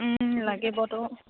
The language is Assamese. লাগিবতো